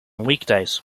weekdays